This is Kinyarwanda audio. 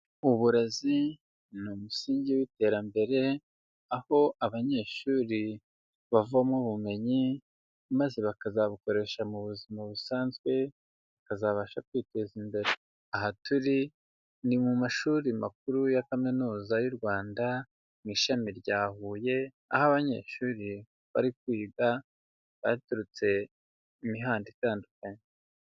Uburezi ni umusingi w'iterambere, aho abanyeshuri bavoma ubumenyi, maze bakazabukoresha mu buzima busanzwe, bakazabasha kwiteza imbere, aha turi ni mu mashuri makuru ya Kaminuza y'u Rwanda mu ishami rya Huye, aho abanyeshuri bari kwiga baturutse imihanda itandukanye.